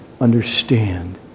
understand